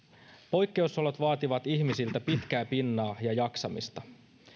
poikkeusolot vaativat ihmisiltä pitkää pinnaa ja jaksamista